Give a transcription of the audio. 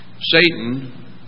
Satan